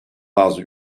bazı